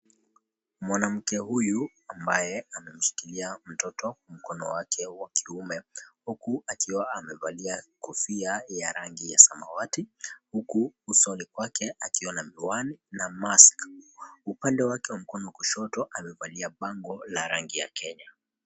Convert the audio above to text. Mwanamke huyu ambaye amemshikilia mtoto mkono wake wa kiume huku akiwa amevalia kofia ya rangi ya samawati huku usoni kwale akiwa na miwani na mask .Upande wake wa mkono wa kushoto amevalia bangle la rangi ya Kenya.